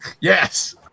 Yes